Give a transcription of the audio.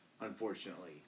unfortunately